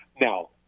Now